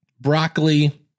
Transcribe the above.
broccoli